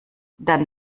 dann